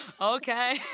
okay